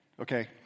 okay